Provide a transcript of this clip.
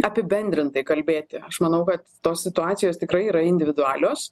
apibendrintai kalbėti aš manau kad tos situacijos tikrai yra individualios